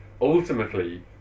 ultimately